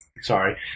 Sorry